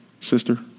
sister